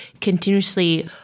continuously